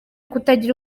kutagira